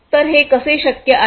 तर हे कसे शक्य आहे